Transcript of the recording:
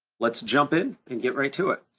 let's jump in and get right to it.